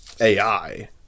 AI